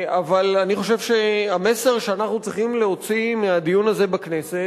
אבל אני חושב שהמסר שאנחנו צריכים להוציא מהדיון הזה בכנסת,